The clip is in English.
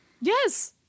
Yes